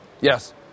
Yes